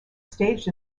staged